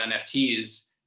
nfts